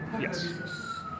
Yes